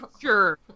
Sure